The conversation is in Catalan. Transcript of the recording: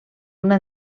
una